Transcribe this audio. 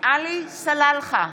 עלי סלאלחה,